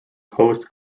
host